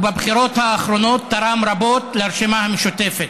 ובבחירות האחרונות תרם רבות לרשימה המשותפת.